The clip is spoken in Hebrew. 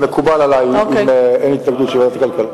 מקובל עלי, אם אין התנגדות, שזו ועדת הכלכלה.